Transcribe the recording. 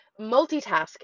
multitasking